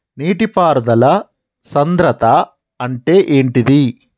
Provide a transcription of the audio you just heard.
నీటి పారుదల సంద్రతా అంటే ఏంటిది?